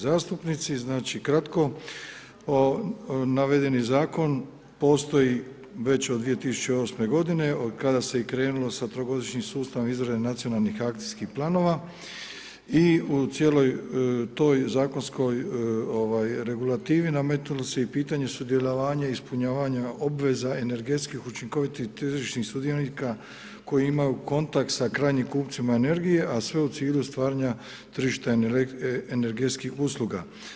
Zastupnici znači kratko, navedeni zakon postoji već od 2008. godine od kada se i krenulo sa trogodišnjim sustavom izrade nacionalnih akcijskih planova i u cijeloj toj zakonskoj ovaj regulativi nametnulo se i pitanje sudjelovanja, ispunjavanja obveza energetskih učinkovitih tržišnih sudionika koji imaju kontakt sa krajnjim kupcima energije, a sve u cilju stvaranja tržišta energetskih usluga.